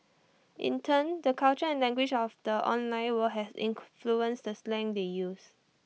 in turn the culture and language of the online world has in fluency the slang they use